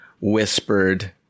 whispered